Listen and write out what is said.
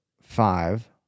five